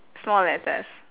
small letters